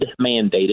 mandated